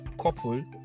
couple